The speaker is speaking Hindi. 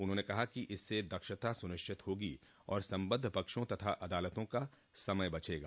उन्होंने कहा कि इससे दक्षता सुनिश्चित होगी और सबद्ध पक्षों तथा अदालतों का समय बचेगा